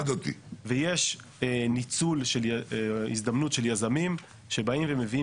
ויש ניצול של הזדמנות של יזמים שבאים ומביאים